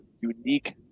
unique